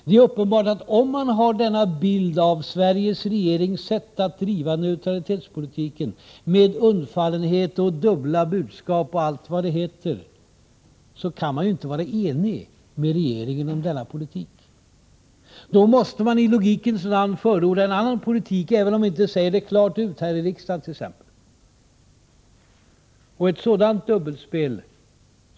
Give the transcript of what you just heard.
Det är uppenbart att om man har denna bild av Sveriges regerings sätt att driva neutralitetspolitiken — med undfallenhet och dubbla budskap och allt vad det heter — så kan man ju icke vara enig med regeringen om denna politik. Då måste man i logikens namn förorda en annan politik, även om man inte säger det klart ut, här i riksdagen t.ex. Och ett sådant dubbelspel.